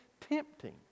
tempting